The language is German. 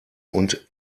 und